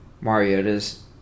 Mariota's